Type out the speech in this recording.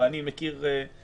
אבל אני מכיר חלק